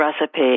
recipe